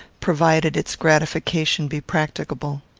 provided its gratification be practicable.